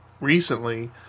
Recently